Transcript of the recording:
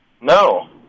No